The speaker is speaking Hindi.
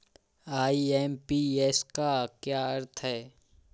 आई.एम.पी.एस का क्या अर्थ है?